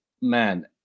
Man